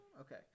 okay